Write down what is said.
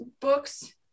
books